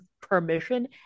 permission